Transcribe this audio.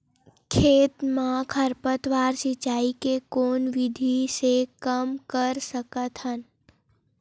खेत म खरपतवार सिंचाई के कोन विधि से कम कर सकथन?